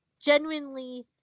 genuinely